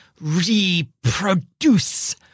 reproduce